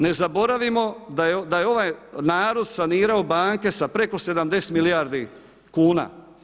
Ne zaboravimo da je ovaj narod sanirao banke sa preko 70 milijardi kuna.